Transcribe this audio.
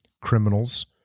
criminals